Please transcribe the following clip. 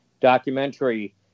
documentary